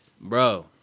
Bro